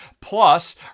plus